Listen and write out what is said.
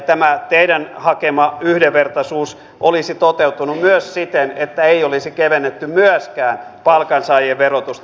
tämä teidän hakemanne yhdenvertaisuus olisi toteutunut myös siten että ei olisi kevennetty myöskään palkansaajien verotusta